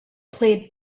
played